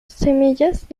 semillas